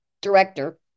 director